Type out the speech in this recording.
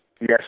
Yes